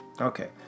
okay